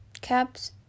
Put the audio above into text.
CAPS